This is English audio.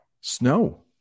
Snow